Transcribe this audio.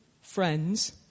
friends